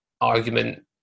argument